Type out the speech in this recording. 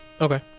Okay